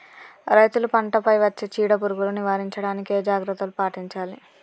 రైతులు పంట పై వచ్చే చీడ పురుగులు నివారించడానికి ఏ జాగ్రత్తలు పాటించాలి?